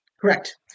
Correct